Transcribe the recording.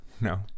No